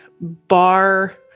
bar